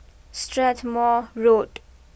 Strathmore Road